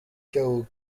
chaos